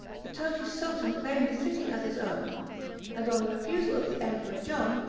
the turkish sultan claimed the city as his own and on the refusal of the emperor john,